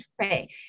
right